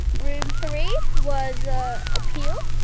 room three was ah appeal,